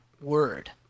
word